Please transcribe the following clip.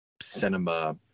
cinema